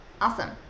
Awesome